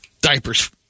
diapers